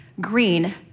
green